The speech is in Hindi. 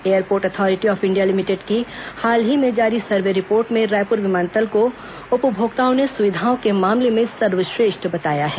airport authority of India limited की हाल ही में जारी सर्वे रिपोर्ट में रायपुर विमानतल को उपभोक्ताओं ने सुविधाओं के मामले में सर्वश्रेष्ठ बताया है